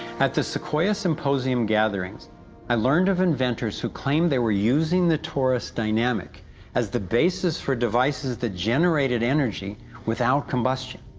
at the sequoia symposium gatherings i learned of inventors who claimed they were using the torus dynamic as the basis for devices that generated energy without combustion.